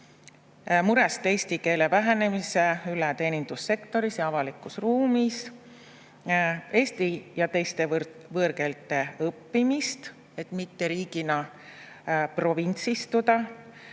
muret eesti keele vähenemise üle teenindussektoris ja avalikus ruumis, eesti ja teiste võõrkeelte õppimist, et mitte riigina provintsistuda.